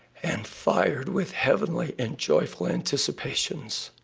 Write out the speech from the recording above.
and fired with heavenly and joyful anticipations